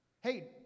Hey